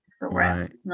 Right